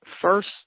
first